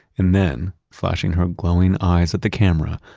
and then flashing her glowing eyes at the camera,